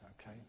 okay